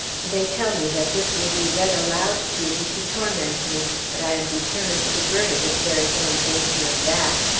they tell me that this will be read aloud to me to torment me, but i am determined to burn it if there is any danger of that.